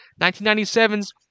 1997's